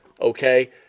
Okay